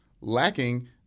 lacking